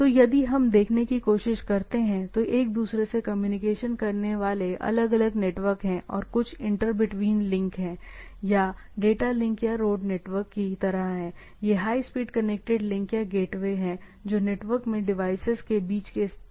तो यदि हम देखने की कोशिश करते हैं तो एक दूसरे से कम्युनिकेशन करने वाले अलग अलग नेटवर्क हैं और कुछ इंटर बिटवीन लिंक हैं या डेटा लिंक या रोड नेटवर्क की तरह है ये हाई स्पीड कनेक्टेड लिंक या गेटवे हैं जो नेटवर्क में डिवाइसेज के बीच के डेटा पाथ है